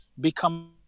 become